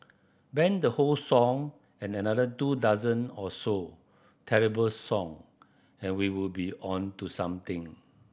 ban the whole song and another two dozen or so terrible song and we would be on to something